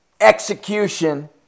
execution